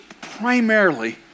primarily